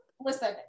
listen